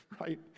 right